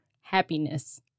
happiness